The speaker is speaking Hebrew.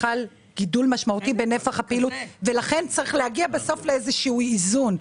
חל גידול משמעותי בנפח הפעילות ולכן צריך להגיע בסוף לאיזה איזון.